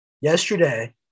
yesterday